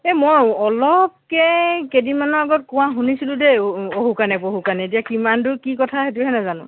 এই মই অলপকৈ কেইদিনমানৰ আগত কোৱা শুনিছিলোঁ দেই অহুকাণে পহুকাণে এতিয়া কিমান দূৰ কি কথা সেইটোহে নেজানো